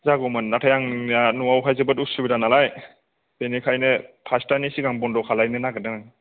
जागौमोन नाथाय आंनिया न'आवहाय जोबोद असुबिदा नालाय बेनिखायनो फास्तानि सिगां बन्द' खालामनो नागिरदों